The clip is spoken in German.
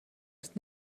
ist